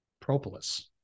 propolis